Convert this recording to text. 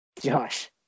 Josh